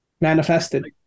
manifested